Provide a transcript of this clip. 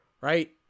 Right